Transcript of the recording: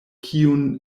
kiun